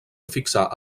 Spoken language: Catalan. fixar